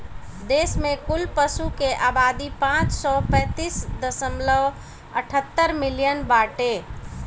देश में कुल पशु के आबादी पाँच सौ पैंतीस दशमलव अठहत्तर मिलियन बाटे